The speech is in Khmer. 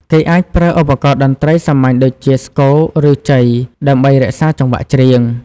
គេអាចប្រើឧបករណ៍តន្រ្តីសាមញ្ញដូចជា ស្គរ ឬ ជ័យ ដើម្បីរក្សាចង្វាក់ចម្រៀង។